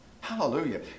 Hallelujah